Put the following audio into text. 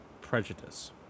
prejudice